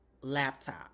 laptop